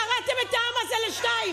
קרעתם את העם הזה לשניים.